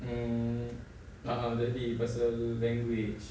um